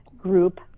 group